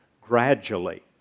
gradually